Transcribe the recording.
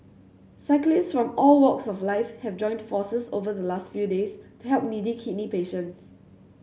cyclists from all walks of life have joined forces over the last few days to help needy kidney patients